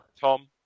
Tom